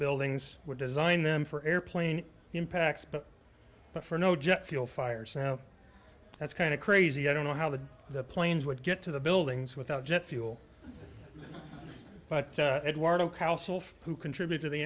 buildings were designed them for airplane impacts but for no jet fuel fires now that's kind of crazy i don't know how the planes would get to the buildings without jet fuel but eduardo households who contribute to the